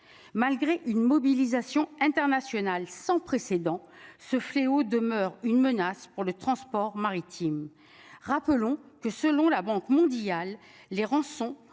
Malgré une mobilisation internationale sans précédent ce fléau demeure une menace pour les transports maritimes. Rappelons que, selon la Banque mondiale les rançons